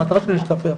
המטרה שלי להשתפר.